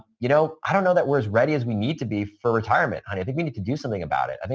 you know, i don't know that we're as ready as we need to be for retirement. i think we need to do something about it. i mean